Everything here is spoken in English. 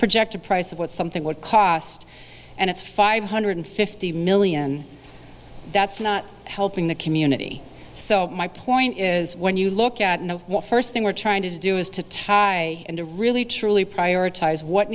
projected price of what something would cost and it's five hundred fifty million that's not helping the community so my point is when you look at what first thing we're trying to do is to tie into really truly prioritize what